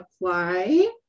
apply